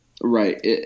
Right